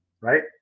Right